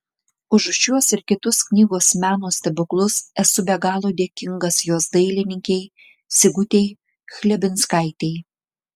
už šiuos ir kitus knygos meno stebuklus esu be galo dėkingas jos dailininkei sigutei chlebinskaitei